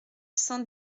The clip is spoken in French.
cent